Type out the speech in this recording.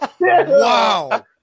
Wow